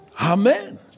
Amen